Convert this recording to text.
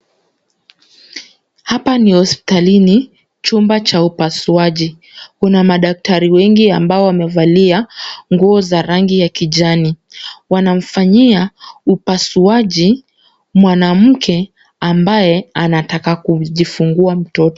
Hapa ni hospitalini, chumba cha upasuaji. Kuna madaktari wengi ambao wamevalia nguo za rangi ya kijani. Wanamfanyia upasuaji mwanamke ambaye anataka kujifungua mtoto.